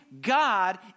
God